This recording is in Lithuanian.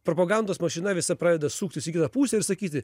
propagandos mašina visa pradeda suktis į kitą pusę ir sakyti